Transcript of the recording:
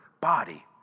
body